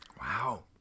Wow